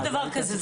אין דבר כזה.